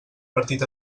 partit